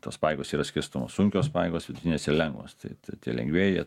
tos pajėgos yra skirstomos sunkios pajėgos vidutinės ir lengvos tai tie lengvieji